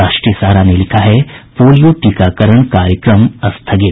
राष्ट्रीय सहारा ने लिखा है पोलिया टीकाकारण कार्यक्रम स्थगित